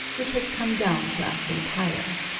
which has come down to us entire.